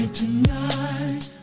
tonight